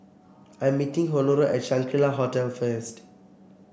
I am meeting Honora at Shangri La Hotel first